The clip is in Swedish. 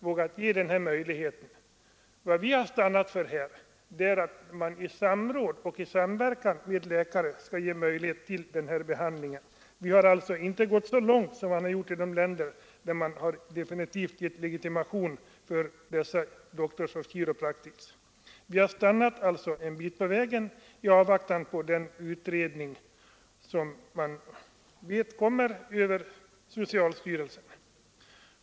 Vi har stannat för att man skall ge möjlighet till behandling i samråd och samverkan med läkare. Vi har alltså inte gått så långt som man gjort i de länder där man givit legitimation till dessa Doctors of Chiropractic. Vi har stannat en bit på vägen i avvaktan på den utredning man vet kommer att göras genom socialstyrelsen.